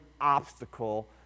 obstacle